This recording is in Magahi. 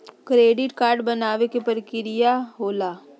डेबिट कार्ड बनवाने के का प्रक्रिया होखेला?